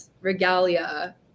regalia